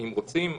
אם רוצים,